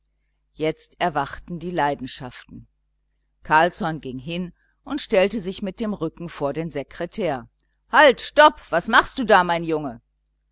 jetzt erwachten die leidenschaften carlsson ging hin und stellte sich mit dem rücken vor den sekretär halt stopp was machst du da mein junge